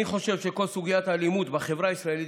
אני חושב שכל סוגיית האלימות בחברה הישראלית